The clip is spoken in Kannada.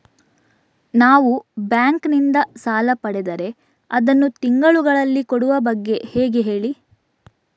ನಾವು ಬ್ಯಾಂಕ್ ನಿಂದ ಸಾಲ ಪಡೆದರೆ ಅದನ್ನು ತಿಂಗಳುಗಳಲ್ಲಿ ಕೊಡುವ ಬಗ್ಗೆ ಹೇಗೆ ಹೇಳಿ